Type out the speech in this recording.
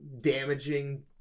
damaging